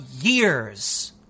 years